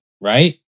Right